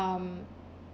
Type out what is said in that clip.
um